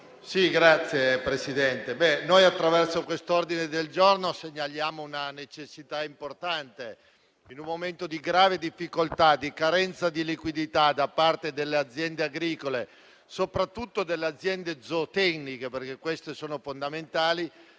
Signora Presidente, attraverso l'ordine del giorno G7.300 noi segnaliamo una necessità importante. In un momento di grave difficoltà e di carenza di liquidità da parte delle aziende agricole, soprattutto di quelle zootecniche, che sono fondamentali,